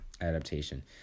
adaptation